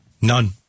None